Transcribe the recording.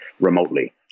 remotely